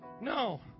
No